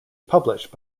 published